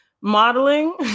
modeling